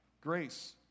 Grace